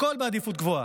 הכול בעדיפות גבוהה.